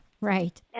right